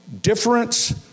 difference